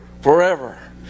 forever